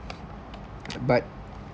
but